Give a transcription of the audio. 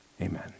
Amen